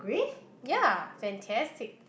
ya fantastic